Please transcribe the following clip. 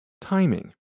timing